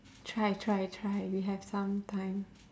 try try try we have some time